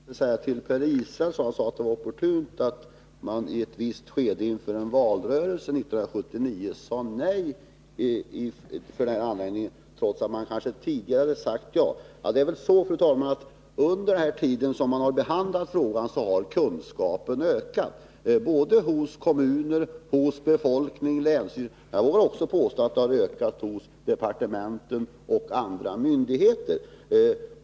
Fru talman! Låt mig först säga några ord till Per Israelsson, som sade att det var opportunt att man i ett visst skede inför en valrörelse 1979 sade nej till den här anläggningen trots att man tidigare hade sagt ja. Det är så, fru talman, att under den tid som frågan har behandlats har kunskapen ökat hos kommun, hos befolkning, hos länsstyrelse och — det vågar jag påstå — också hos departementen och andra myndigheter.